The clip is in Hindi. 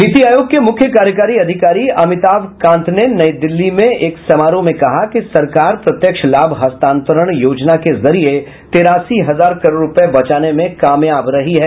नीति आयोग के मुख्य कार्यकारी अधिकारी अमिताभ कांत ने नई दिल्ली में आयोजित एक समारोह में कहा कि सरकार प्रत्यक्ष लाभ हस्तांतरण योजना के जरिए तिरासी हजार करोड़ रूपये बचाने में कामयाब रही है